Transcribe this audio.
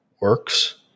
works